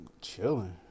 chilling